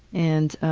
and